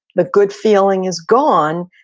the good feeling is gone,